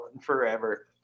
forever